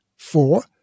four